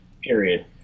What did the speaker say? period